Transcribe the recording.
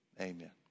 Amen